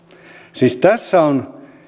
siis tässä on